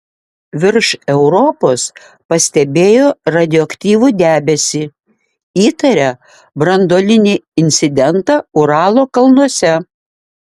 virš europos pastebėjo radioaktyvų debesį įtaria branduolinį incidentą uralo kalnuose